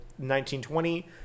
1920